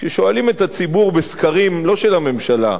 כששואלים את הציבור בסקרים, לא של הממשלה,